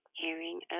hearing